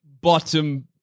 bottom